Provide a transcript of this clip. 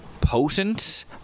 potent